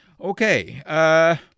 Okay